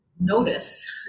notice